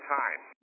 time